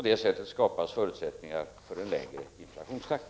Därigenom skapas förutsättningar för en lägre inflationstakt.